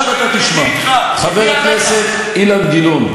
חבר הכנסת גילאון,